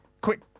Quick